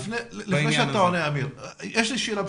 לפני שאמיר עונה, יש לי שאלה.